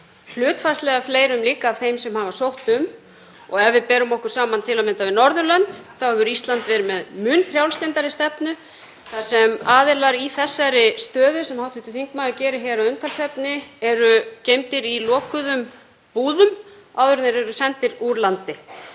hlutfallslega fleirum líka af þeim sem hafa sótt um. Ef við berum okkur saman til að mynda við Norðurlönd hefur Ísland verið með mun frjálslyndari stefnu þar sem aðilar í þessari stöðu, sem hv. þingmaður gerir hér að umtalsefni, eru geymdir í lokuðum búðum áður en þeir eru sendir úr landi.